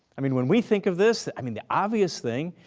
i mean when we think of this, i mean, the obvious thing,